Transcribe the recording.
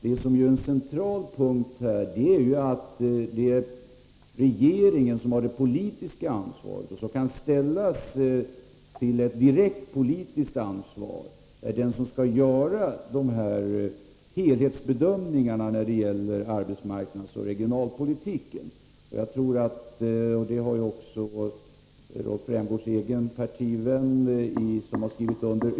Det centrala är ju att 23 november 1983 det är regeringen som har det direkta politiska ansvaret och som skall göra helhetsbedömningarna när det gäller arbetsmarknadsoch regionalpoliti Offentlig upphandken.